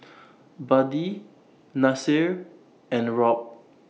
Buddy Nasir and Robt